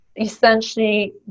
essentially